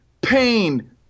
pain